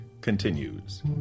continues